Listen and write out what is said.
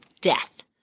death